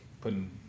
putting